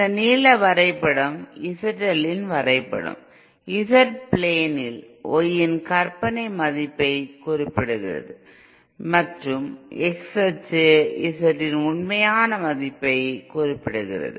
இந்த நீல வரைபடம் ZL இன் வரைபடம் Z பிளைனில் Yஇன் கற்பனை மதிப்பை குறிப்பிடுகிறது மற்றும் x அச்சு z இன் உண்மையான மதிப்பை குறிப்பிடுகிறது